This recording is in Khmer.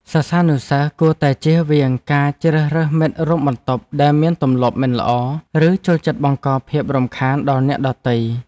សិស្សានុសិស្សគួរតែចៀសវាងការជ្រើសរើសមិត្តរួមបន្ទប់ដែលមានទម្លាប់មិនល្អ ឬចូលចិត្តបង្កភាពរំខានដល់អ្នកដទៃ។